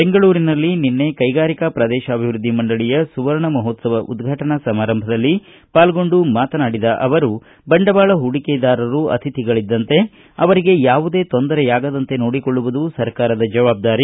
ಬೆಂಗಳೂರಿನಲ್ಲಿ ನಿನ್ನೆ ಕೈಗಾರಿಕಾ ಪ್ರದೇಶಾಭಿವೃದ್ದಿ ಮಂಡಳಿಯ ಸುವರ್ಣ ಮಹೋತ್ಸವ ಉದ್ಘಾಟನಾ ಸಮಾರಂಭದಲ್ಲಿ ಪಾಲ್ಗೊಂಡು ಮಾತನಾಡಿದ ಅವರು ಬಂಡವಾಳ ಪೂಡಿಕೆದಾರರು ಅತಿಥಿಗಳಿದ್ದಂತೆ ಅವರಿಗೆ ಯಾವುದೇ ತೊಂದರೆ ಆಗದಂತೆ ನೋಡಿಕೊಳ್ಳುವುದು ಸರ್ಕಾರದ ಜವಾಬ್ದಾರಿ